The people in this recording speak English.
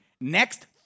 next